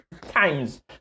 times